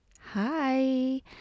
Hi